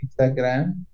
Instagram